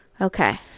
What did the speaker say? Okay